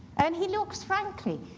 and he looks, frankly,